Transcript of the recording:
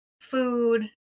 food